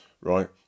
right